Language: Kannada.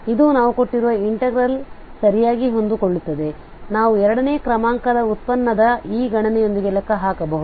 ಆದ್ದರಿಂದ ಇದು ನಾವು ಕೊಟ್ಟಿರುವ ಇನ್ಟೆಗ್ರಲ್ ಗೆ ಸರಿಯಾಗಿ ಹೊಂದಿಕೊಳ್ಳುತ್ತದೆ ನಾವು ಎರಡನೇ ಕ್ರಮಾಂಕದ ಉತ್ಪನ್ನದ ಈ ಗಣನೆಯೊಂದಿಗೆ ಲೆಕ್ಕ ಹಾಕಬಹುದು